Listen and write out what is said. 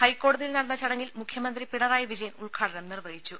ഹൈക്കോടതിയിൽ നടന്ന ചടങ്ങിൽ മുഖ്യമന്ത്രി പിണറായി വിജയൻ ഉദ് ഘാടനം നിർവഹിച്ചു